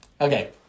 Okay